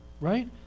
right